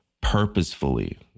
purposefully